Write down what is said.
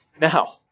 Now